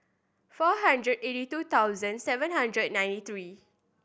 four hundred eighty two thousand seven hundred ninety three